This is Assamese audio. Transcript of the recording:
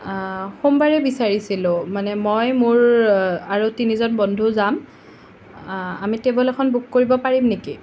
সোমবাৰে বিচাৰিছিলোঁ মানে মই মোৰ আৰু তিনিজন বন্ধু যাম আমি টেবুল এখন বুক কৰিব পাৰিম নেকি